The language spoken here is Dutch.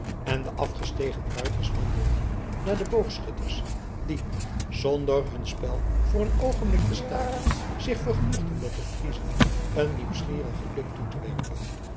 en de afgestegen ruiters wandelden naar de boogschutters die zonder hun spel voor een oogenblik te staken zich vergenoegden met den friezen een nieuwsgierigen blik toe te werpen